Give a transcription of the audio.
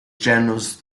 llanos